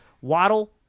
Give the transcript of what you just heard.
Waddle